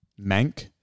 Mank